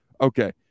okay